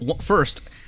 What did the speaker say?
first